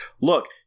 look